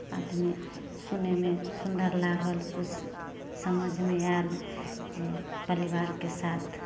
आदमी सुनयमे सुन्दर लागल किछु समझमे आयल जे परिवारके साथ